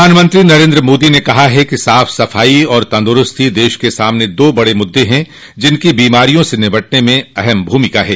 प्रधानमंत्री नरेन्द्र मोदी ने कहा है कि साफ सफाई और तंदरूस्ती देश के सामने दो बड़े मुद्दे हैं जिनकी बीमारियों से निपटने में अहम भूमिका है